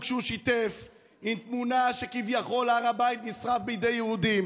שהוא שיתף עם תמונה שכביכול הר הבית נשרף בידי יהודים,